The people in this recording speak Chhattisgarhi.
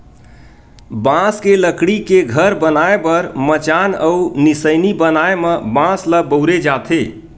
बांस के लकड़ी के घर बनाए बर मचान अउ निसइनी बनाए म बांस ल बउरे जाथे